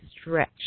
stretch